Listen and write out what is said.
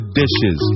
dishes